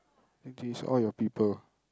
this is all your people